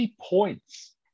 points